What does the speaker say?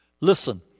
Listen